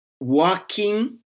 working